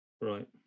right